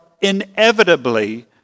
inevitably